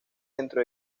dentro